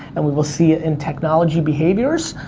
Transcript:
and we will see it in technology behaviors.